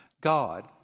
God